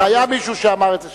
היה מישהו שאמר את זה,